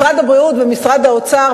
משרד הבריאות ומשרד האוצר,